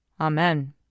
Amen